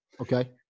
Okay